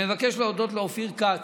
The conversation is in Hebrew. אני מבקש להודות לאופיר כץ,